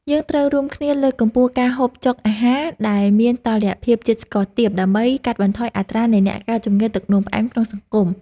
យើងត្រូវរួមគ្នាលើកកម្ពស់ការហូបចុកអាហារដែលមានតុល្យភាពជាតិស្ករទាប ដើម្បីកាត់បន្ថយអត្រានៃអ្នកកើតជំងឺទឹកនោមផ្អែមក្នុងសង្គម។